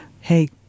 hey